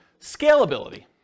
Scalability